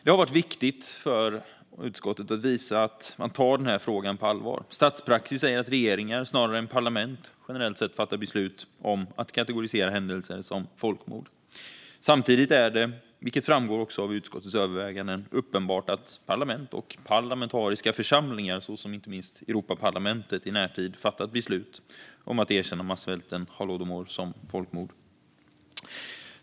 Det har varit viktigt att visa att utskottet tar frågan på allvar. Statspraxis säger att regeringar, snarare än parlament, generellt sett fattar beslut om att kategorisera händelser som folkmord. Samtidigt är det, vilket framgår av utskottets överväganden, uppenbart att parlament och parlamentariska församlingar, såsom inte minst Europaparlamentet, i närtid fattat beslut om att erkänna massvälten holodomor som folkmord.